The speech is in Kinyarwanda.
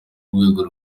rwego